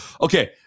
okay